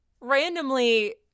randomly